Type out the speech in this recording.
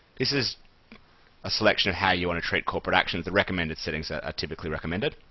this is a selection of how you want to treat corporate actions. the recommended settings are typically recommended.